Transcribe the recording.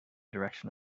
direction